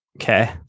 Okay